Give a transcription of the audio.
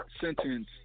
sentence